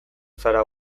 zara